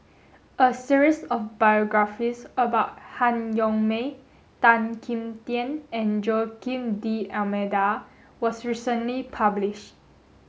a series of biographies about Han Yong May Tan Kim Tian and Joaquim D'almeida was recently published